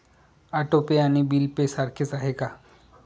Auto pay आणि bill pay सारखेच आहे का?